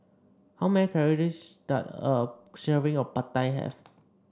how many calories does a serving of Pad Thai have